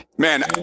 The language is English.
Man